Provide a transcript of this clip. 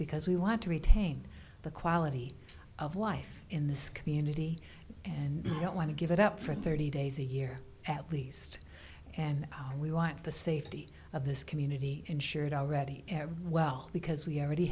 because we want to retain the quality of life in this community and don't want to give it up for thirty days a year at least and we want the safety of this community insured already well because we already